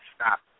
stop